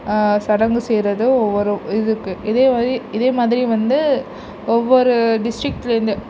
சடங்கு செய்வது ஒவ்வொரு இதுக்கு இதே மாதிரி இதே மாதிரி வந்து ஒவ்வொரு டிஸ்ட்ரிக்லேருந்து